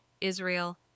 Israel